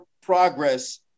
progress